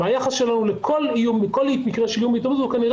ביחס שלנו לכל איום וכל מקרה של איום בהתאבדות הוא כנראה